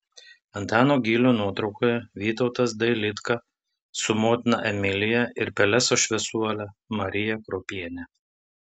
antano gylio nuotraukoje vytautas dailidka su motina emilija ir pelesos šviesuole marija kruopiene